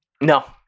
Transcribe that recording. No